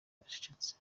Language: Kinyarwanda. ucecetse